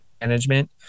management